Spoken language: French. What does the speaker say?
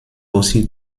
aussi